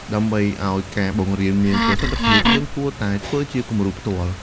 ដើម្បីឱ្យការបង្រៀនមានប្រសិទ្ធភាព យើងគួរតែធ្វើជាគំរូផ្ទាល់។